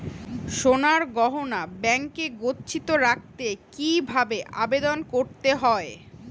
সোনার গহনা ব্যাংকে গচ্ছিত রাখতে কি ভাবে আবেদন করতে হয়?